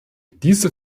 diese